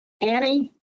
Annie